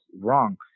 wrong